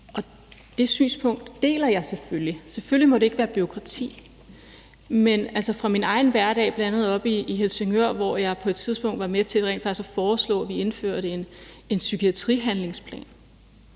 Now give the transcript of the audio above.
og det synspunkt deler jeg selvfølgelig. Selvfølgelig må det ikke være bureaukrati, men fra min egen hverdag, bl.a. oppe i Helsingør, hvor jeg på et tidspunkt var med til at foreslå, at vi indførte en psykiatrihandlingsplan,